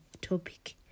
topic